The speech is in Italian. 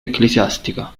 ecclesiastica